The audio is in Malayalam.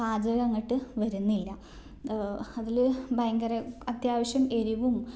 പാചകം അങ്ങോട്ട് വരുന്നില്ല അതിൽ ഭയങ്കര അത്യാവശ്യം എരിവും